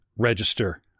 register